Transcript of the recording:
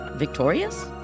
Victorious